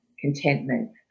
contentment